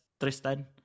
Tristan